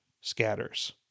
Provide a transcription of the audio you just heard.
scatters